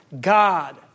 God